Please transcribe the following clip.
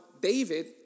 David